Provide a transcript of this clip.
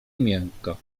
miękko